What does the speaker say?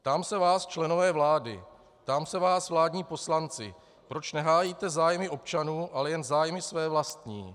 Ptám se vás, členové vlády, ptám se vás, vládní poslanci, proč nehájíte zájmy občanů, ale jen zájmy své vlastní.